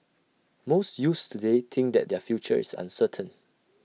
most youths today think that their future is uncertain